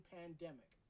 pandemic